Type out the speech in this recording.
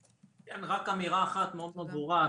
כן, רק אמירה אחת מאוד מאוד ברורה.